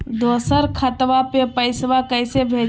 दोसर खतबा में पैसबा कैसे भेजिए?